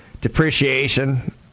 depreciation